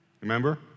Remember